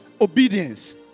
obedience